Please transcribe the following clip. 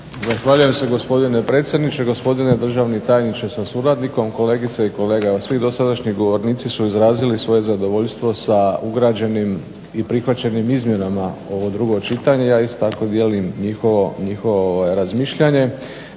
Zahvaljujem se gospodine predsjedniče, gospodine državni tajniče sa suradnikom, kolegice i kolege. Svi dosadašnji govornici su izrazili svoje zadovoljstvo sa ugrađenim i prihvaćenim izmjenama u ovo drugo čitanje, ja isto tako dijelim njihovo razmišljanje.